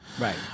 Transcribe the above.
Right